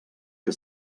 que